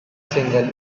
single